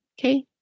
Okay